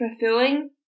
fulfilling